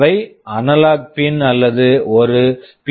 அவை analog pin analog pin அல்லது ஒரு பி